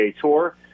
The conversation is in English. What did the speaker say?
Tour